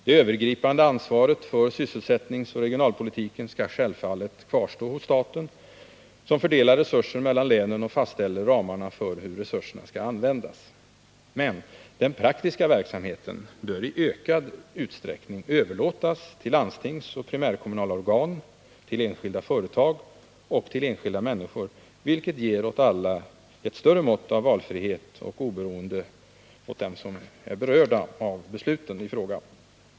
Det övergripande ansvaret för sysselsättningsoch regionalpolitiken skall självfallet kvarstå hos staten, som fördelar resurser mellan länen och fastställer ramarna för hur resurserna skall användas. Men den praktiska verksamheten bör i ökad utsträckning överlåtas till landstingsoch primärkommunala organ, till enskilda företag och till enskilda människor, vilket ger ett större mått av valfrihet och oberoende åt dem som berörs av besluten.